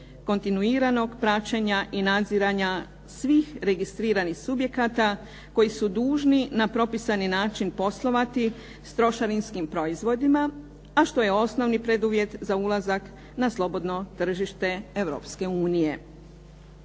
kontinuiranog praćenja i nadziranja svih registriranih subjekata koji su dužni na propisani način poslovati s trošarinskim proizvodima, a što je osnovni preduvjet za ulazak na slobodno tržište Europske unije.